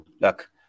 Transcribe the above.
look